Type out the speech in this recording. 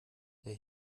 der